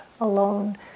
alone